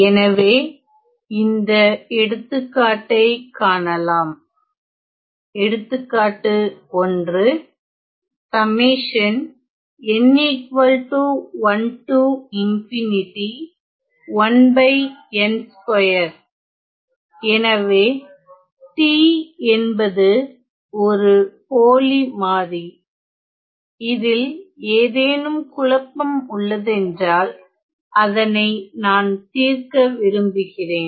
எனவே இந்த எடுத்துக்காட்டை காணலாம் எடுத்துக்காட்டு 1 எனவே t என்பது ஒரு போலி மாறி இதில் ஏதேனும் குழப்பம் உள்ளதென்றால் அதனை நான் தீர்க்க விரும்புகிறேன்